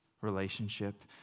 relationship